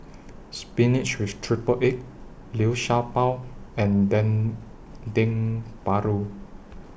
Spinach with Triple Egg Liu Sha Bao and Dendeng Paru